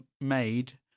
made